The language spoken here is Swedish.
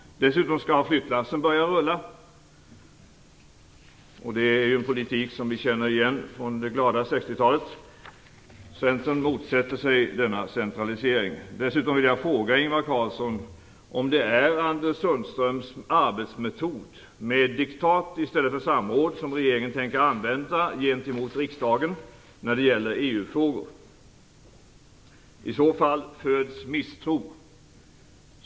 Dessutom skall flyttlassen börja rulla. Det är en politik som vi känner igen från det glada 60-talet. Sundströms arbetsmetod, med diktat i stället för samråd, som regeringen tänker använda gentemot riksdagen när det gäller EU-frågor. I så fall föds en misstro.